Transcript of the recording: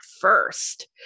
first